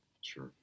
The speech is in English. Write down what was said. Sure